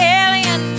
alien